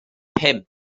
pump